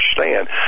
understand